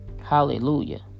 Hallelujah